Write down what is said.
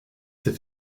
sait